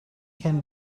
can